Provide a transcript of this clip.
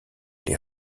les